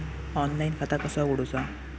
Online खाता कसा उगडूचा?